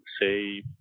say